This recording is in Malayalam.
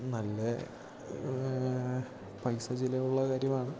നല്ല പൈസ ചിലവുള്ള കാര്യമാണ്